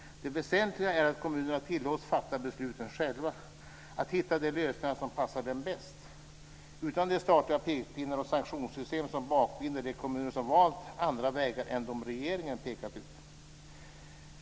Det väsentliga är att kommunerna tillåts fatta besluten själva, att hitta de lösningar som passar dem bäst - utan de statliga pekpinnar och sanktionssystem som bakbinder de kommuner som valt andra vägar än den regeringen pekat ut.